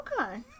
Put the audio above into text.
Okay